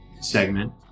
segment